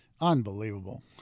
unbelievable